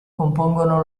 compongono